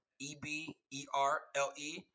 E-B-E-R-L-E